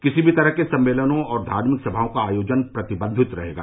किसी भी तरह के सम्मेलनों और धार्मिक सभाओं का आयोजन प्रतिबंधित रहेगा